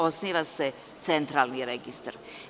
Osniva se centralni registar.